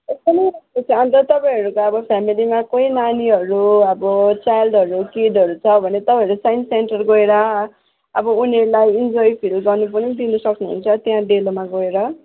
एकदम राम्रो छ तपाईँहरूको फ्यामिलीमा कोही नानीहरू अब चाइल्डहरू किडहरू छ भने तपाईँहरू साइन्स सेन्टर गएर अब उनीहरूलाई इन्जोइ फिल गर्नु पनि दिनु सक्नु हुन्छ त्यहाँ डेलोमा गएर